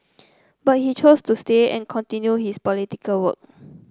but he chose to stay and continue his political work